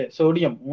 sodium